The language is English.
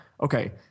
Okay